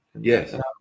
yes